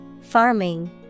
Farming